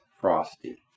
Frosty